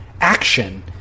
action